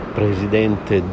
presidente